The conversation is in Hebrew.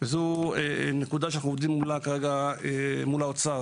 וזו נקודה שאנחנו עובדים עליה מול האוצר.